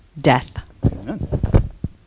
Death